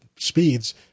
speeds